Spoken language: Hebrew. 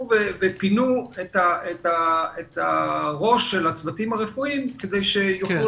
ופינו את הראש של הצוותים הרפואיים כדי שיוכלו